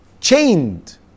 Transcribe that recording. chained